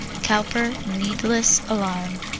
cowper, needless alarm.